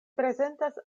prezentas